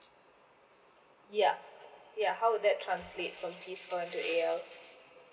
yup ya how would that translates from T points to A_L